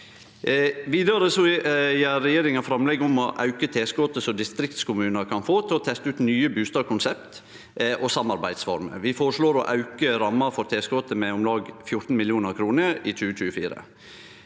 Vidare gjer regjeringa framlegg om å auke tilskotet som distriktskommunar kan få til å teste ut nye bustadkonsept og samarbeidsformer. Vi føreslår å auke ramma for tilskotet med om lag 14 mill. kr i 2024.